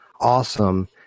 awesome